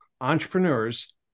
entrepreneurs